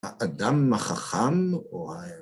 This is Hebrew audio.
האדם החכם או הקל.